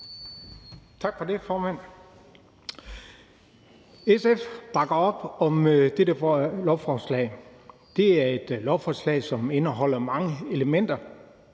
SF bakker op om dette lovforslag. Det er et lovforslag, som indeholder mange elementer.